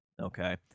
Okay